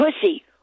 pussy